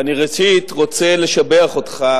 ואני ראשית רוצה לשבח אותך,